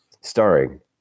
starring